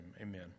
amen